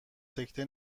سکته